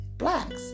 Blacks